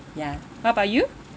ya what about you